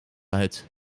uit